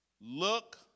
Look